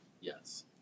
yes